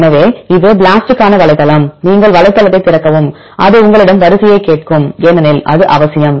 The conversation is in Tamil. எனவே இது BLAST க்கான வலைத்தளம் நீங்கள் வலைத்தளத்தைத் திறக்கவும் அது உங்களிடம் வரிசையைக் கேட்கும் ஏனெனில் அது அவசியம்